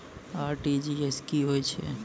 RTGS की होय छै?